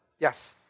Yes